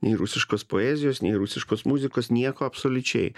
nei rusiškos poezijos nei rusiškos muzikos nieko absoliučiai